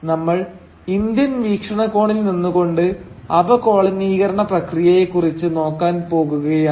നമ്മൾ ഇന്ത്യൻ വീക്ഷണകോണിൽ നിന്നുകൊണ്ട് അപകോളനീകരണ പ്രക്രിയയെക്കുറിച്ച് നോക്കാൻ പോകുകയാണ്